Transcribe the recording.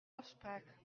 afspraak